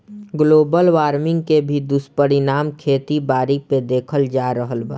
global warming के भी दुष्परिणाम खेती बारी पे देखल जा रहल बा